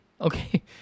Okay